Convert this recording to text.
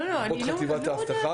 לרבות חטיבת האבטחה.